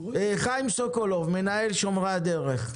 חיים סוקולוב, מנהל שומרי הדרך,